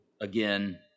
again